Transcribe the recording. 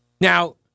Now